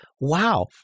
wow